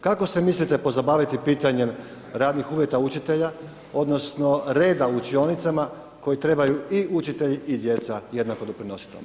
Kako se mislite pozabaviti pitanjem radnih uvjeta učitelja, odnosno reda u učionicama kojem trebaju i učitelji i djeca jednako doprinositi tome?